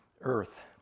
Earth